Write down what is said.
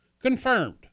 confirmed